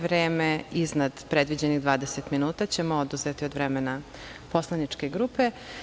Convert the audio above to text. Vreme iznad predviđenih 20 minuta ćemo oduzeti od vremena poslaničke grupe.